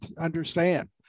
understand